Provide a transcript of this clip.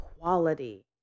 quality